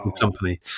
company